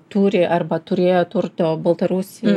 turi arba turėjo turto baltarusijoj